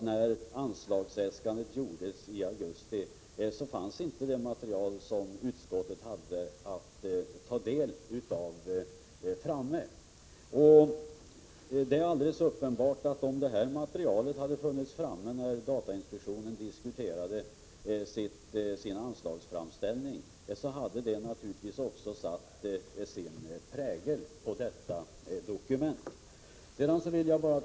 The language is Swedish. När anslagsäskandet gjordes i augusti fanns inte det material ftramme som utskottet kunnat ta del av. Om det materialet hade funnits tillgängligt när datainspektionen diskuterade sin anslagsframställning, hade det naturligtvis också satt sin prägel på detta dokument.